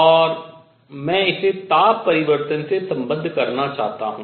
और मैं इसे ताप परिवर्तन से सम्बद्ध करना चाहता हूँ